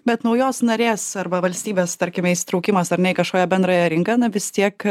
bet naujos narės arba valstybės tarkime įsitraukimas ar ne į kažkokią bendrąją rinką na vis tiek